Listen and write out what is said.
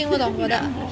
你的 ang moh